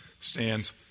stands